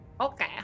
Okay